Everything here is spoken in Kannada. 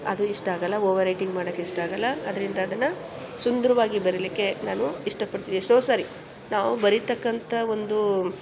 ಅದು ಇಷ್ಟ ಆಗೋಲ್ಲ ಓವರ್ ರೈಟಿಂಗ್ ಮಾಡೋಕ್ಕೆ ಇಷ್ಟ ಆಗೋಲ್ಲ ಅದರಿಂದ ಅದನ್ನು ಸುಂದರವಾಗಿ ಬರೀಲಿಕ್ಕೆ ನಾನು ಇಷ್ಟಪಡ್ತೀನಿ ಎಷ್ಟೋ ಸರಿ ನಾವು ಬರೀತಕ್ಕಂಥ ಒಂದು